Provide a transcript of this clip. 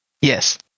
Yes